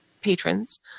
patrons